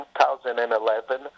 2011